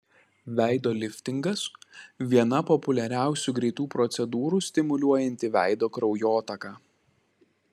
veido liftingas viena populiariausių greitų procedūrų stimuliuojanti veido kraujotaką